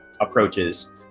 approaches